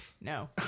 No